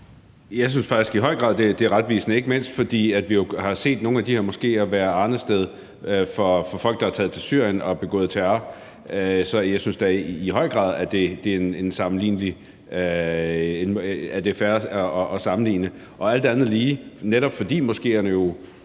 Jeg synes i høj grad, det er retvisende, ikke mindst fordi vi jo har set nogle af de moskéer være arnested for folk, der er taget til Syrien og har begået terror. Så jeg synes da i høj grad, at det er fair at sammenligne dem – alt andet lige måske netop, fordi moskéerne